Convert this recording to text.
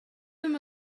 them